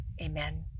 Amen